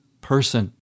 person